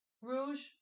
Rouge